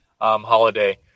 holiday